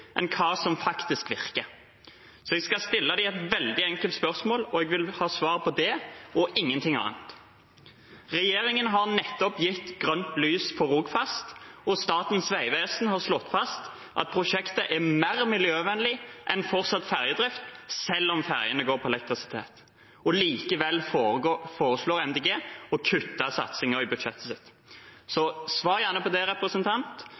enn av hva som faktisk virker. Så jeg skal stille dem et veldig enkelt spørsmål, og jeg vil ha svar på det og ingenting annet. Regjeringen har nettopp gitt grønt lys for Rogfast, og Statens vegvesen har slått fast at prosjektet er mer miljøvennlig enn fortsatt ferjedrift, selv om ferjene går på elektrisitet. Likevel foreslår Miljøpartiet De Grønne å kutte satsingen i budsjettet sitt. Svar gjerne på